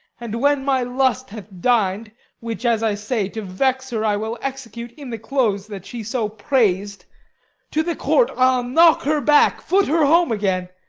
and when my lust hath dined which, as i say, to vex her i will execute in the clothes that she so prais'd to the court i'll knock her back, foot her home again.